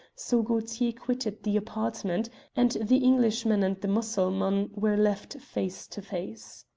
so gaultier quitted the apartment and the englishman and the mussulman were left face to face.